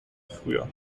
früher